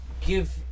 give